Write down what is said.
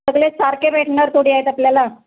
सगळे सारखे भेटणार थोडी आहेत आपल्याला